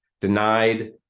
denied